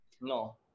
no